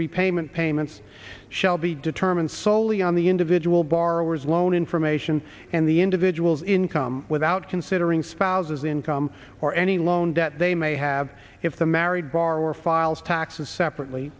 repayment payments shall be determined solely on the individual borrowers loan information and the individual's income without considering spouse's income or any loan that they may have if the married borrower files taxes separately